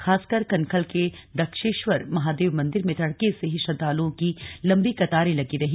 खासकर कनखल के दक्षेश्वर महादेव मंदिर में तड़के से ही श्रद्धालुओं की लम्बी कतारें लगी रही